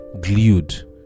glued